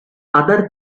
other